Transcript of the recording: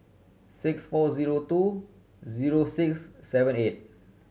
six four zero two zero six seven six